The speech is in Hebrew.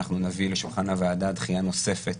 אנחנו נביא לשולחן הוועדה דחייה נוספת